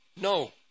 No